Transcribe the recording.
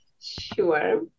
Sure